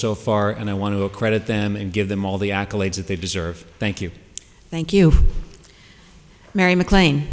so far and i want to accredit them and give them all the accolades that they deserve thank you thank you mary mclean